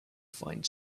find